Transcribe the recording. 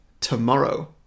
Tomorrow